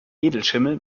edelschimmel